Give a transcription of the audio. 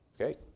okay